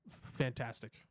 fantastic